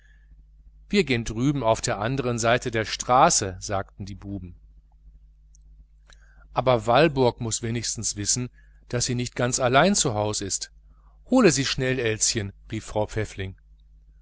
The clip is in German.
wir gehen drüben auf der anderen seite der straße sagten die buben aber walburg muß wenigstens wissen daß sie ganz allein zu hause ist hole sie schnell elschen rief frau pfäffling